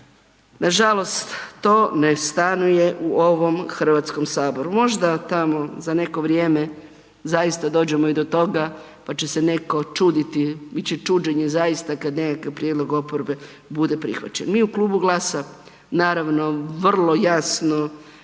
Nažalost to ne stanuje u ovom Hrvatskom saboru. Možda tamo za neko vrijeme zaista dođemo i do toga pa će se netko čuditi, bit će čuđenje zaista kad nekakav prijedlog oporbe bude prihvaćen. Mi u Klubu GLAS-a naravno vrlo jasno